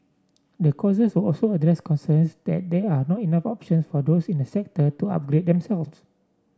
the courses will also address concerns that there are not enough option for those in the sector to upgrade them self